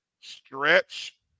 Stretch